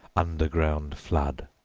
underground flood.